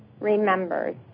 remembers